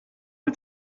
est